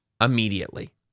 immediately